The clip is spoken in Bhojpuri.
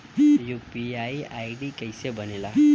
यू.पी.आई आई.डी कैसे बनेला?